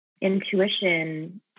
intuition